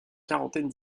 quarantaine